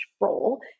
role